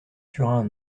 turin